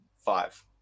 Five